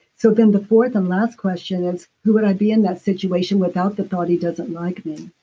so then the fourth and last question is, who would i be in that situation without the thought, he doesn't like me?